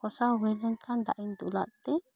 ᱠᱚᱥᱟᱣ ᱦᱩᱭ ᱞᱮᱱ ᱠᱷᱟᱱ ᱫᱟᱜ ᱤᱧ ᱫᱩᱞ ᱟᱫ ᱛᱮ